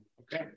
Okay